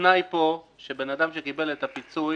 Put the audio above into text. התנאי פה הוא שבן אדם שקיבל את הפיצוי